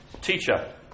Teacher